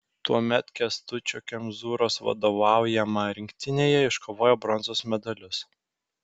tuomet kęstučio kemzūros vadovaujama rinktinėje iškovojo bronzos medalius